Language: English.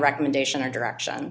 recommendation or direction